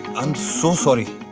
um so sorry,